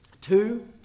Two